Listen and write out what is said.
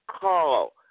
Call